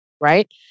right